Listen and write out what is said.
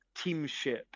teamship